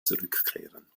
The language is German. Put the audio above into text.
zurückkehren